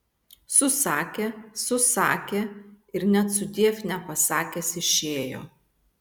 susakė susakė ir net sudiev nepasakęs išėjo